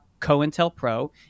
COINTELPRO